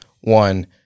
one